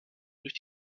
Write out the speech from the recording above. durch